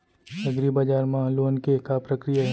एग्रीबजार मा लोन के का प्रक्रिया हे?